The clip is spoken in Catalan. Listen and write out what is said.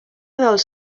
dels